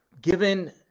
given